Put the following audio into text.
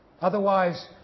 Otherwise